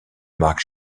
marc